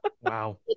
Wow